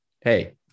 Hey